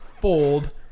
Fold